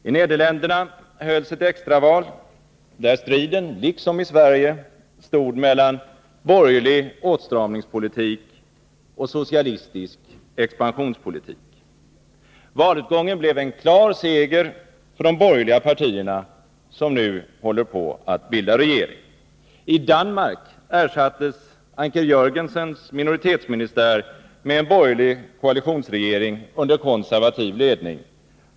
I Nederländerna hölls ett extraval, där striden liksom i Sverige stod mellan borgerlig åtstramningspolitik och socialistisk expansionspolitik. Valutgången blev en klar seger för de borgerliga partierna, som nu håller på att bilda regering. I Danmark ersattes Anker Jörgensens minoritetsministär med en borgerlig koalitionsregering under konservativ ledning.